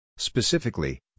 Specifically